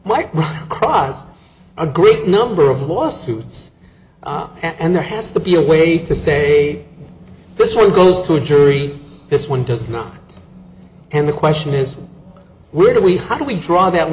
cause a great number of lawsuits and there has to be a way to say this one goes to a jury this one does not and the question is where do we how do we draw that